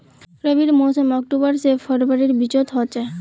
रविर मोसम अक्टूबर से फरवरीर बिचोत होचे